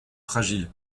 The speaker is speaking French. fragile